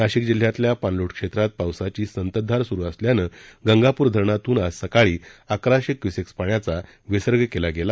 नाशिक जिल्ह्यातल्या पाणलोट क्षेत्रात पावसाची संततधार स्रु असल्याम्रळे गंगाप्र धरणातून आजसकाळी अकराशे क्युसेक्स पाण्याचा विसर्ग केला गेला